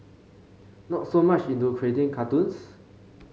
not so much into creating cartoons